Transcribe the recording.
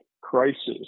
crisis